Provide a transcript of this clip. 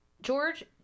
George